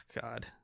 god